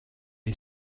est